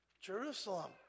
Jerusalem